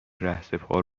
رهسپار